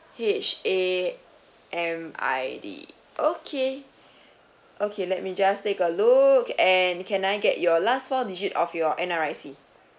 H A M I D okay okay let me just take a look and can I get your last four digit of your N_R_I_C